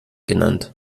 genannt